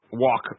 walk